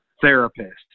therapist